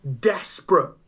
desperate